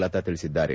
ಲತಾ ತಿಳಿಸಿದ್ದಾರೆ